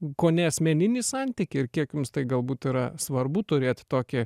kone asmeninį santykį ir kiek jums tai galbūt yra svarbu turėt tokį